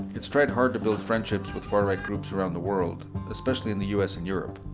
it's tried hard to build friendships with far-right groups around the world especially in the u s. and europe.